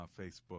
Facebook